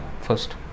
first